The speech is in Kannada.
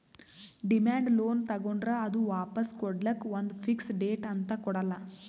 ಡಿಮ್ಯಾಂಡ್ ಲೋನ್ ತಗೋಂಡ್ರ್ ಅದು ವಾಪಾಸ್ ಕೊಡ್ಲಕ್ಕ್ ಒಂದ್ ಫಿಕ್ಸ್ ಡೇಟ್ ಅಂತ್ ಕೊಡಲ್ಲ